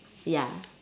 ya